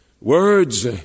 Words